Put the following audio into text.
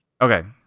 Okay